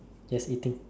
just eating